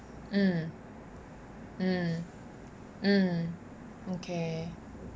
um um um okay